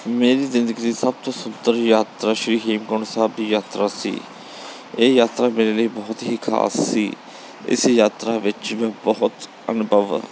ਮੇਰੀ ਜ਼ਿੰਦਗੀ ਦੀ ਸਭ ਤੋਂ ਸੁੰਦਰ ਯਾਤਰਾ ਸ਼੍ਰੀ ਹੇਮਕੁੰਟ ਸਾਹਿਬ ਦੀ ਯਾਤਰਾ ਸੀ ਇਹ ਯਾਤਰਾ ਮੇਰੇ ਲਈ ਬਹੁਤ ਹੀ ਖਾਸ ਸੀ ਇਸ ਯਾਤਰਾ ਵਿੱਚ ਮੈਂ ਬਹੁਤ ਅਨੁਭਵ